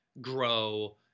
grow